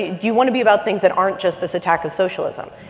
do you want to be about things that aren't just this attack of socialism.